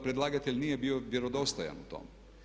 Predlagatelj nije bio vjerodostojan u tome.